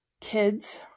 kids